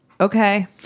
Okay